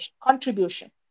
contribution